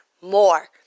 more